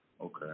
okay